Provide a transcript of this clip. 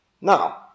Now